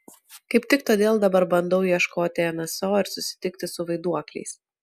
kaip tik todėl dabar bandau ieškoti nso ir susitikti su vaiduokliais